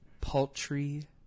paltry